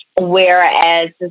Whereas